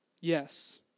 Yes